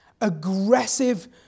Aggressive